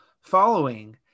following